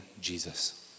Jesus